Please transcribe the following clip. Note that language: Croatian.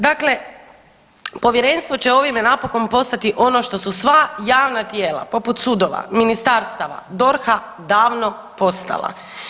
Dakle, Povjerenstvo će ovime napokon postati ono što su sva javna tijela poput sudova, ministarstava, DORH-a davno postala.